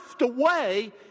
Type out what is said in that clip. away